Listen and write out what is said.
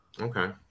Okay